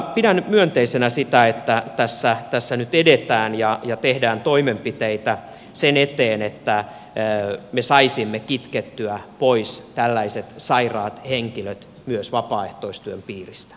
pidän myönteisenä sitä että tässä nyt edetään ja tehdään toimenpiteitä sen eteen että me saisimme kitkettyä pois tällaiset sairaat henkilöt myös vapaaehtoistyön piiristä